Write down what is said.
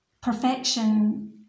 perfection